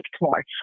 more